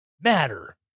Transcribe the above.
matter